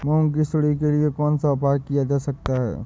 मूंग की सुंडी के लिए कौन सा उपाय किया जा सकता है?